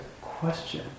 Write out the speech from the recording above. question